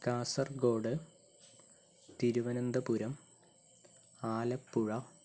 Kasaragod Thiruvananthapuram Alappuzha